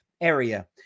area